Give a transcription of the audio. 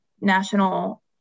national